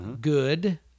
good